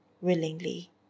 willingly